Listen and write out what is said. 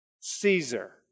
Caesar